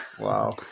Wow